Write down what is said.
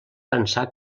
pensar